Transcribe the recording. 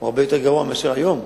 הוא הרבה יותר גרוע מאשר היום,